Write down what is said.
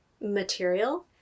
material